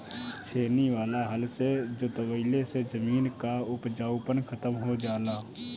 छेनी वाला हल से जोतवईले से जमीन कअ उपजाऊपन खतम हो जाला